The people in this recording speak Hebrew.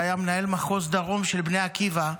שהיה מנהל מחוז דרום של בני עקיבא,